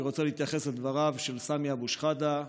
אני רוצה להתייחס לדבריו של סמי אבו שחאדה.